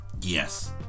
yes